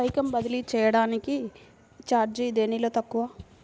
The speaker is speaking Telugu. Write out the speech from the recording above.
పైకం బదిలీ చెయ్యటానికి చార్జీ దేనిలో తక్కువ?